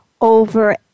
over